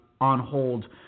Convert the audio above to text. on-hold